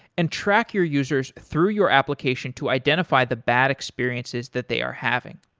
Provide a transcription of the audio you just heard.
and track your users through your application to identify the bad experiences that they are having.